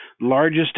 largest